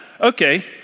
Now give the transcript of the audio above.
okay